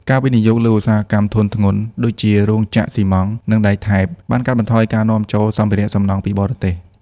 ការវិនិយោគលើឧស្សាហកម្មធុនធ្ងន់ ដូចជារោងចក្រស៊ីម៉ងត៍ និងដែកថែប បានកាត់បន្ថយការនាំចូលសម្ភារសំណង់ពីបរទេស។